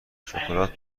شکلات